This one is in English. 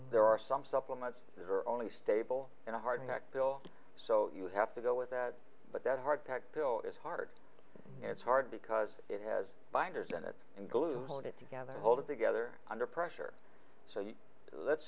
there are some supplements that are only stable in a heart attack bill so you have to go with that but that hard packed pill is hard it's hard because it has binders in it and glue hold it together hold it together under pressure so you let's